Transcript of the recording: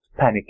panicking